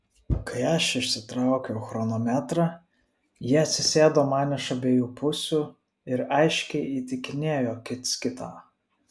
kai aš išsitraukiau chronometrą jie atsisėdo man iš abiejų pusių ir aiškiai įtikinėjo kits kitą